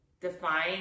define